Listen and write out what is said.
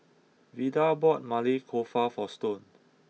Vida bought Maili Kofta for Stone